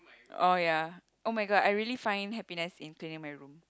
oh ya oh-my-god I really find happiness in cleaning my room